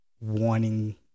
wanting